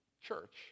church